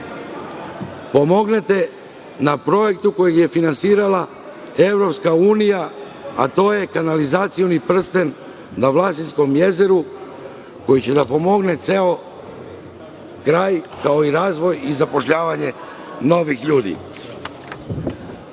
pomognete na projektu koji je finansirala EU, a to je kanalizacioni prsten na Vlasinskom jezeru koji će da pomogne ceo kraj i razvoj i zapošljavanje novih ljudi. Na